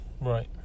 Right